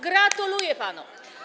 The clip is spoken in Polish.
Gratuluję panu.